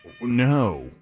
No